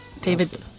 David